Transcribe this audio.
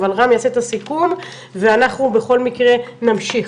אבל רם יעשה את הסיכום ואנחנו בכל מקרה נמשיך.